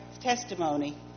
testimony